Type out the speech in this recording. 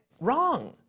Wrong